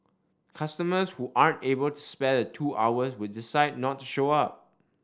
customers who aren't able to spare the two hours would decide not to show up